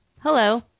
Hello